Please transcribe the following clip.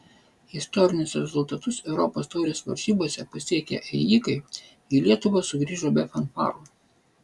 istorinius rezultatus europos taurės varžybose pasiekę ėjikai į lietuvą sugrįžo be fanfarų